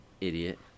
idiot